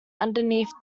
underneath